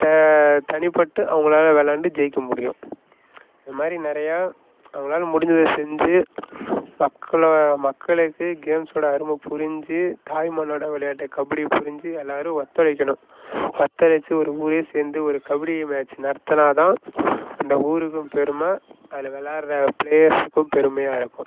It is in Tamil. த தனிப்பட்டு அவங்களால் விளையாண்டு ஜெயிக்க முடியும் இந்த மாதிரி நிறையா அவங்களால் முடிஞ்சதை செஞ்சு மக்களை மக்களுக்கு கேமஸ்ஸோட அருமை புரிந்து தாய்மண்ணோட விளையாட்டை கபடி புரிஞ்சு எல்லாரும் ஒத்துழைக்கணும் ஒத்துழைத்து ஒரு ஊரே சேர்ந்து ஒரு கபடி மேட்ச் நடத்துனால் தான் இந்த ஊருக்கும் பெருமை அதில் விளாட்ற ப்ளேயர்ஸ்ஸுக்கும் பெருமையாக இருக்கும்